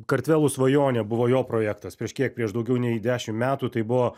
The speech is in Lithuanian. kartvelų svajonė buvo jo projektas prieš kiek prieš daugiau nei dešimt metų tai buvo